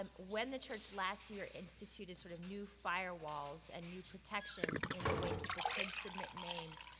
um when the church last year instituted sort of new firewalls and new protections in the way people could submit names,